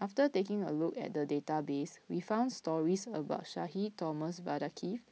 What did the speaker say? after taking a look at the database we found stories about Sudhir Thomas Vadaketh